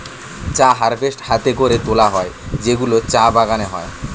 চা হারভেস্ট হাতে করে তোলা হয় যেগুলো চা বাগানে হয়